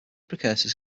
precursors